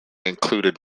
included